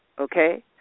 okay